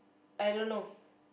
I don't know